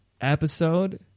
episode